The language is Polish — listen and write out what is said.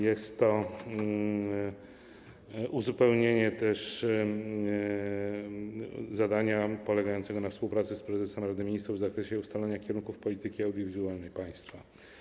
Jest to też uzupełnienie zadania polegającego na współpracy z prezesem Rady Ministrów w zakresie ustalania kierunków polityki audiowizualnej państwa.